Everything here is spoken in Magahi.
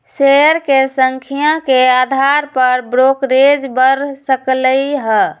शेयर के संख्या के अधार पर ब्रोकरेज बड़ सकलई ह